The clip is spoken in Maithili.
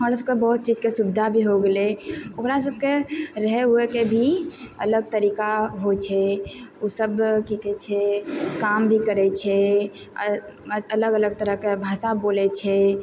ओकरा सबके बहुत चीजके सुविधा भी हो गेलै ओकरा सबके रहै ओहैके भी अलग तरीका होइ छै ओसब की कहै छै काम भी करै छै अलग अलग तरहके भाषा बोलै छै